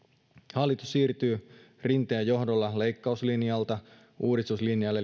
hallitus siirtyy rinteen johdolla leikkauslinjalta uudistuslinjalle